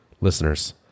listeners